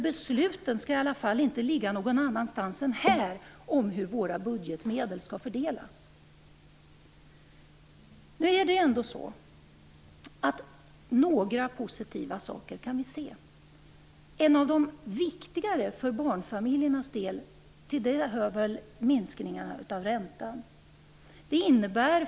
Vi kan nu ändå se några positiva saker. Till något av de viktigare för barnfamiljernas del hör nog den sänkta räntan.